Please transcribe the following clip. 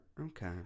Okay